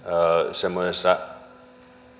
semmoisessa